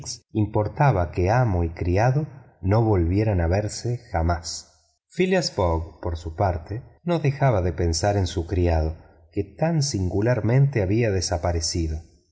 importaba que amo y criado no volvieran a verse jamás phileas fogg por su parte no dejaba de pensar en su criado que tan singularmente había desaparecido